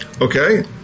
Okay